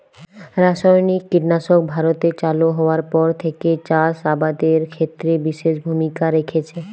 রাসায়নিক কীটনাশক ভারতে চালু হওয়ার পর থেকেই চাষ আবাদের ক্ষেত্রে বিশেষ ভূমিকা রেখেছে